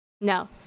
No